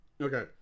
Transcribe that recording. Okay